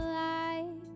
light